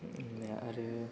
आरो